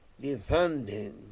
defending